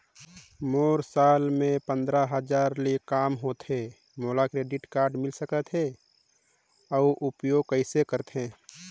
मोर साल मे पंद्रह हजार ले काम होथे मोला क्रेडिट कारड मिल सकथे? अउ उपयोग कइसे करथे?